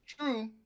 true